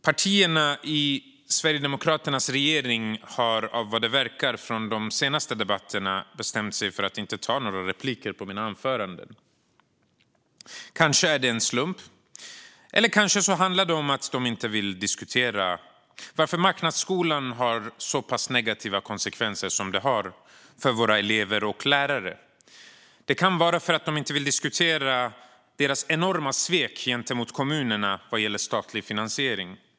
Partierna i Sverigedemokraternas regering har vad det verkar av de senaste debatterna bestämt sig för att inte ta repliker på mina anföranden. Kanske är det en slump. Kanske handlar det om att de inte vill diskutera varför marknadsskolan har så pass negativa konsekvenser för elever och lärare. Det kan vara för att de inte vill diskutera sitt enorma svek gentemot kommunerna vad gäller statlig finansiering.